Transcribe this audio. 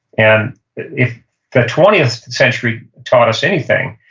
and if the twentieth century taught us anything,